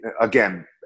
again